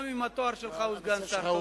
גם אם התואר שלך הוא סגן שר.